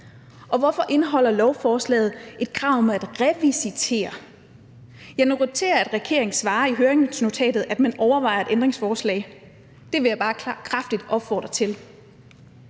Og hvorfor indeholder lovforslaget et krav om at revisitere? Jeg noterer, at regeringen svarer i høringsnotatet, at man overvejer et ændringsforslag. Det vil jeg bare kraftigt opfordre til.